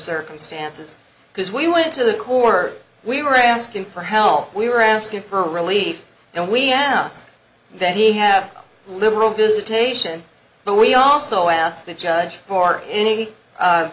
circumstances because we went to the corner we were asking for help we were asking for relief and we ask that he have liberal visitation but we also asked the judge for any